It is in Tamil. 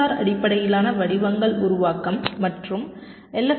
ஆர் அடிப்படையிலான வடிவங்கள் உருவாக்கம் மற்றும் எம்